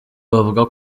bavuga